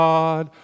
God